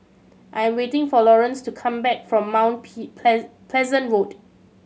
I'm waiting for Lawrence to come back from Mount Pleasant Road